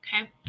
okay